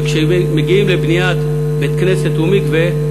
וכשמגיעים לבניית בית-כנסת או מקווה,